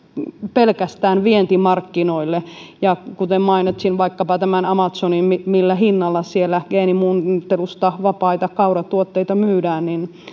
pelkästään vientimarkkinoille ja kuten mainitsin vaikkapa tämän amazonin ja millä hinnalla siellä geenimuuntelusta vapaita kauratuotteita myydään niin